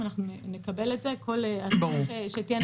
כל החלטה שתהיה,